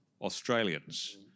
Australians